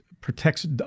protects